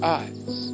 eyes